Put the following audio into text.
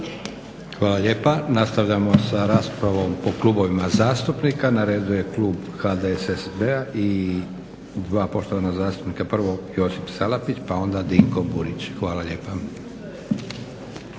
Hvala lijepa. Nastavljamo sa raspravom po klubovima zastupnika. Na redu je klub HDSSB-a i dva poštovana zastupnika, prvo Josip Salapić pa onda Dinko Burić. Hvala lijepa.